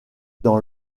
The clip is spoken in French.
dans